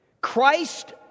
Christ